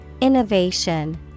Innovation